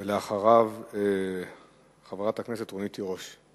ואחריו, חברת הכנסת רונית תירוש,